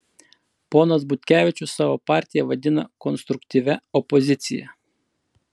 ponas butkevičius savo partiją vadina konstruktyvia opozicija